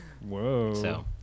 Whoa